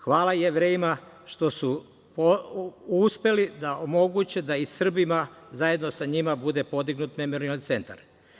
Hvala Jevrejima što su uspeli da omoguće da i Srbima, zajedno sa njima, bude podignut Memorijalni centar.